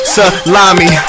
Salami